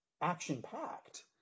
action-packed